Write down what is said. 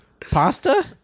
Pasta